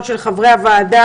קחו את זה בחשבון.